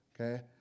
Okay